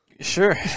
Sure